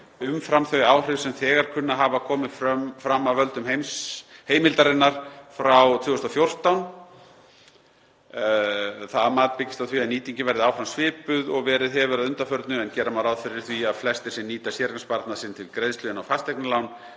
umfram þau áhrif sem þegar kunna að hafa komið fram af völdum heimildarinnar frá 2014. Það mat byggist á því að nýtingin verði áfram svipuð og verið hefur að undanförnu en gera má ráð fyrir því að flestir sem nýta séreignarsparnað sinn til greiðslu inn á fasteignalán